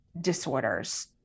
disorders